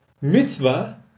mitzvah